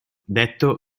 detto